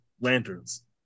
Lanterns